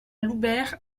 loubert